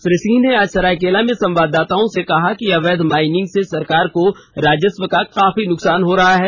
श्री सिंह ने आज सरायकेला में संवाददाताओं से कहा कि अवैध माइनिंग से सरकार को राजस्व को काफी नुकसान हो रहा है